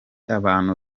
abantu